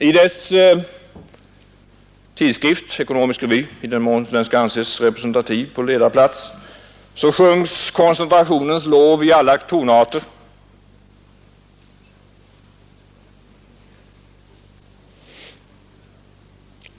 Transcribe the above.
I dess tidskrift Ekonomisk Revy — i den mån den skall anses representativ på ledarplats — sjungs koncentrationens lov i alla tonarter.